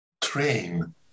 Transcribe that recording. train